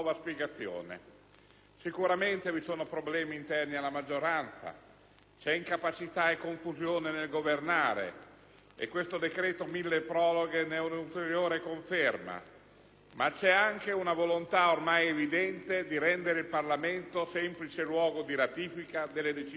Sicuramente vi sono problemi interni alla maggioranza, c'è incapacità e confusione nel governare; questo decreto milleproroghe ne è ulteriore conferma. Ma c'è anche una volontà ormai evidente di rendere il Parlamento un semplice luogo di ratifica delle decisioni del Governo.